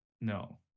No